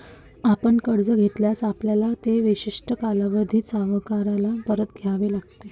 आपण कर्ज घेतल्यास, आपल्याला ते विशिष्ट कालावधीत सावकाराला परत द्यावे लागेल